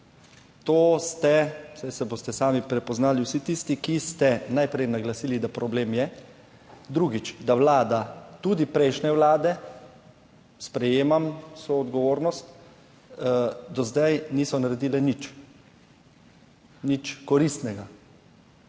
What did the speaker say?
To ste, saj se boste sami prepoznali, vsi tisti, ki ste najprej naglasili, da problem je, drugič, da vlada, tudi prejšnje vlade – sprejemam vso odgovornost – do zdaj niso naredile nič koristnega.